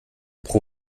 pro